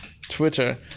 twitter